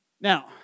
Now